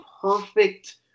perfect